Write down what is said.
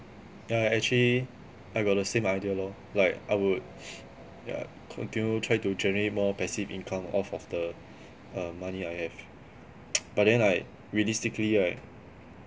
yeah actually I got the same idea lor like I would yeah continue try to generate more passive income off of the err money I have but then like realistically right